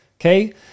Okay